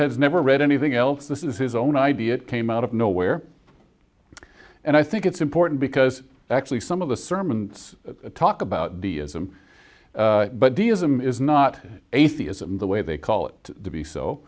has never read anything else this is his own idea it came out of nowhere and i think it's important because actually some of the sermons talk about the ism but deism is not atheism the way they call it to be so